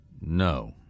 No